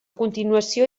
continuació